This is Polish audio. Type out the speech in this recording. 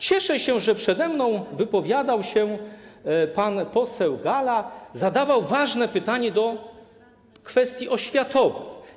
Cieszę się, że przede mną wypowiadał się pan poseł Galla i zadawał ważne pytanie co do kwestii oświatowych.